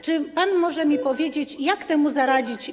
Czy pan może mi powiedzieć, jak temu zaradzić?